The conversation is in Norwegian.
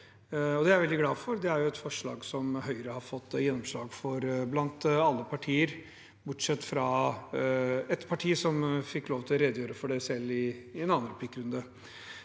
Det er jeg veldig glad for. Det er et forslag som Høyre har fått gjennomslag for blant alle partier, bortsett fra ett parti, som fikk lov til å redegjøre for det selv i en annen replikkrunde.